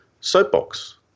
Soapbox